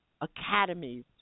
academies